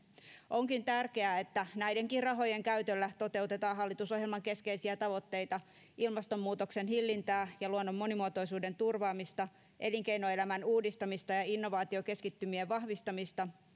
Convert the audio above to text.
onkin tärkeää että näidenkin rahojen käytöllä toteutetaan hallitusohjelman keskeisiä tavoitteita ilmastonmuutoksen hillintää ja luonnon monimuotoisuuden turvaamista elinkeinoelämän uudistamista ja ja innovaatiokeskittymien vahvistamista